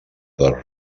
dels